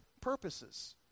purposes